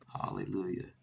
Hallelujah